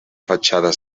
fatxada